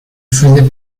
faisait